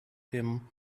him